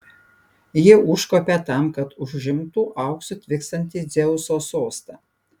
ji užkopė tam kad užimtų auksu tviskantį dzeuso sostą